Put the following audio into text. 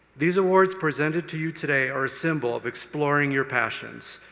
these awards presented to you today are a symbol of exploring your passions.